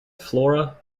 flora